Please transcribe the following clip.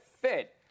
fit